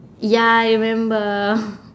ya I remember